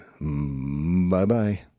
Bye-bye